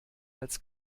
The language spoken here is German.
als